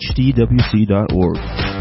hdwc.org